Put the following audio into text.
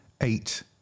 eight